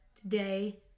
today